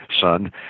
son